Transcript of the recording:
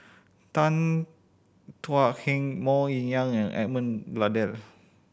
Tan Thuan Heng Mok Ying and Edmund Blundell